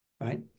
right